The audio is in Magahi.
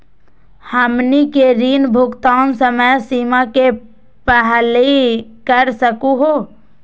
हमनी के ऋण भुगतान समय सीमा के पहलही कर सकू हो?